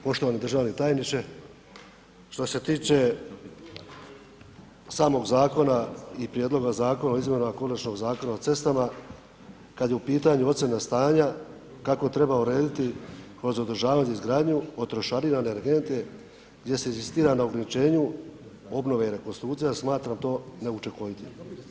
Poštovani državni tajniče, što se tiče samog zakona i prijedloga zakona o izmjenama konačnog Zakona o cestama kad je pitanju ocjena stanja, kako treba urediti kroz održavanje izgradnju, trošarina na energente gdje se inzistira na uključenju obnove i rekonstrukcije, smatram to neučinkovitim.